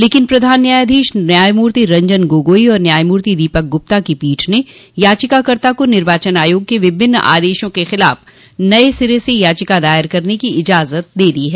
लेकिन प्रधान न्यायाधीश न्यायमूर्ति रंजन गोगोइ और न्यायमूर्ति दीपक गुप्ता की पीठ ने याचिकाकता को निर्वाचन आयोग के विभिन्न आदेशों के खिलाफ नये सिरे से याचिका दायर करने की इजाजत दे दी है